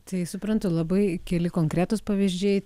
tai suprantu labai keli konkretūs pavyzdžiai